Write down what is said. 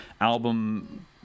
album